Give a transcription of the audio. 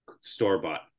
store-bought